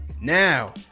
Now